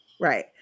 Right